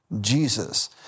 Jesus